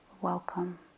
welcome